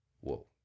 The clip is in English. Whoa